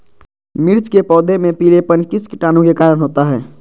मिर्च के पौधे में पिलेपन किस कीटाणु के कारण होता है?